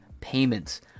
payments